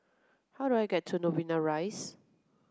how do I get to Novena Rise